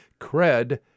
CRED